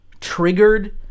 triggered